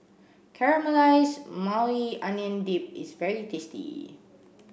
Caramelized Maui Onion Dip is very tasty